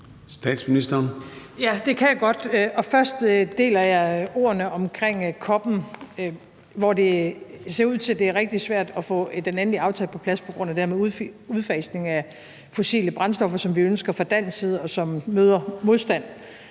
Frederiksen): Ja, det kan jeg godt. Og først vil jeg sige, at jeg deler ordene omkring COP'en, hvor det ser ud til, at det er rigtig svært at få den endelige aftale på plads på grund af det med udfasning af fossile brændstoffer, hvilket vi ønsker fra dansk side, og som møder modstand